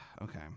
Okay